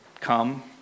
come